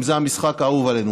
אם זה המשחק האהוב עלינו,